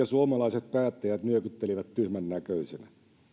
suomalaiset päättäjät nyökyttelivät tyhmännäköisinä